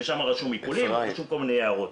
ושם רשומים עיקולים וכל מיני הערות.